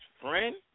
friend